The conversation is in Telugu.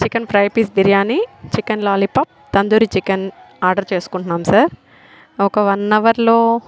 chicken fry piece biryani chicken lollipop tandoori chicken order చేసుకుంటున్నాము సార్ ఒక వన్ అవర్లో